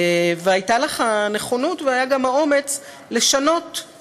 והייתה לך הנכונות והיה גם האומץ לשנות,